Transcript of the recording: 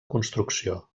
construcció